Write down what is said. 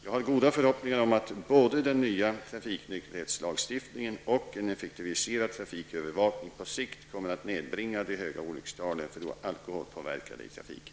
Jag har goda förhoppningar om att både den nya trafiknykterhetslagstiftningen och en effektiviserad trafikövervakning på sikt kommer att nedbringa de höga olyckstalen för alkoholpåverkade i trafiken.